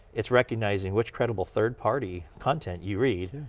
it's recognizing which credible third-party content you read,